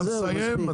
זהו, מספיק.